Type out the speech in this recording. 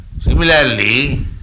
Similarly